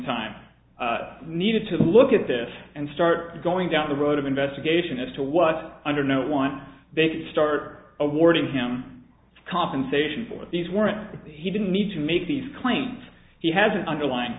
time needed to look at this and start going down the road of investigation as to what under no one they could start awarding him compensation for these weren't he didn't need to make these claims he has an underlying